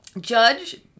judge